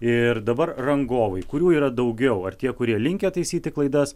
ir dabar rangovai kurių yra daugiau ar tie kurie linkę taisyti klaidas